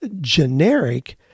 generic